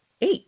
eight